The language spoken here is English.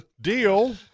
Deal